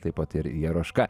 taip pat ir jeroška